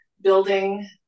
building